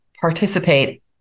participate